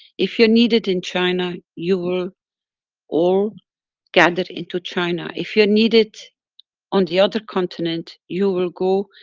if you're needed in china, you will all gather into china. if you're needed on the other continent you will go,